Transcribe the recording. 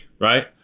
right